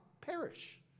perish